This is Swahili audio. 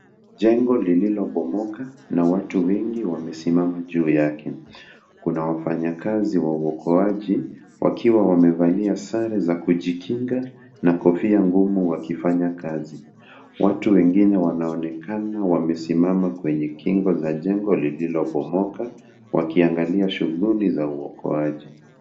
Jengo lililopomoka na watu wengi wamesimama juu yake kuna wafanyakazi wa waokoaji wakiwa wamevalia sare za kijikinga na kofia ngumu wakifanya kazi ,watu wemgine wanaonekana wamesimama kando kwa kingo za jemgo lililopomoka wakiangalia shughuli za uokoaji.